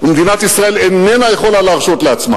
מדינת ישראל איננה יכולה להרשות לעצמה